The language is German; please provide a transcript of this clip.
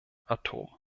atom